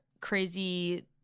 crazy